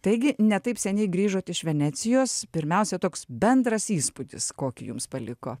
taigi ne taip seniai grįžot iš venecijos pirmiausia toks bendras įspūdis kokį jums paliko